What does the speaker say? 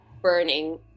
burning